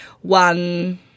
one